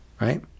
right